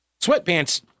Sweatpants